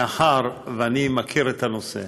מאחר שאני מכיר את הנושא